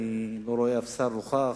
אני לא רואה אף שר נוכח,